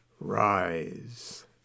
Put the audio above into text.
Rise